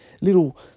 little